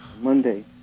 Monday